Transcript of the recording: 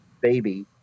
baby